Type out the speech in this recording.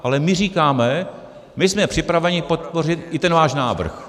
Ale my říkáme, my jsme připraveni podpořit i ten váš návrh.